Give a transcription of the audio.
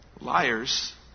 liars